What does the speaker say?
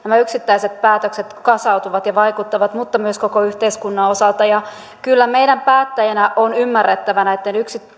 yksittäiset päätökset kasautuvat ja johon vaikuttavat mutta myös koko yhteiskunnan osalta kyllä meidän päättäjinä on ymmärrettävä näitten